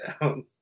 down